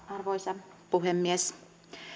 arvoisa puhemies